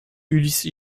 ulysse